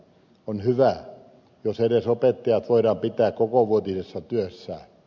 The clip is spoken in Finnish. on hyvä jos edes opettajat voidaan pitää kokovuotisessa työssä